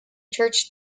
church